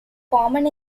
common